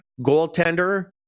goaltender